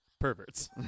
perverts